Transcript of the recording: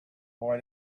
boy